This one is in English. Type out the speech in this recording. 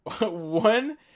one